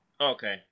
Okay